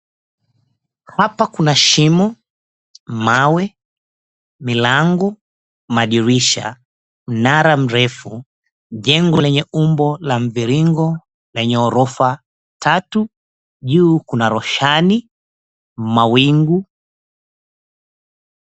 Hapa kuna shimo, mawe, milango, madirisha, mnara mrefu, jengo lenye umbo la mviringo lenye ghorofa tatu. Juu kuna roshani, mawingu.